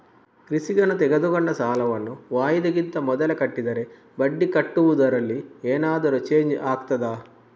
ಕೃಷಿಕನು ತೆಗೆದುಕೊಂಡ ಸಾಲವನ್ನು ವಾಯಿದೆಗಿಂತ ಮೊದಲೇ ಕಟ್ಟಿದರೆ ಬಡ್ಡಿ ಕಟ್ಟುವುದರಲ್ಲಿ ಏನಾದರೂ ಚೇಂಜ್ ಆಗ್ತದಾ?